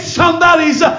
somebody's